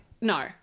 no